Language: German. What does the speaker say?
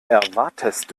erwartest